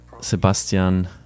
sebastian